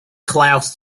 klaus